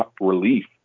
relief